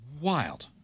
Wild